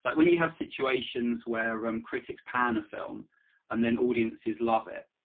but when you have situations where um critics pan a film and then audiences love it,